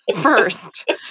First